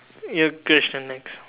your question next